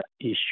issue